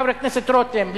חבר הכנסת רותם,